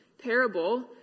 parable